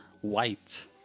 White